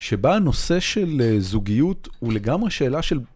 שבה הנושא של זוגיות הוא לגמרי שאלה של...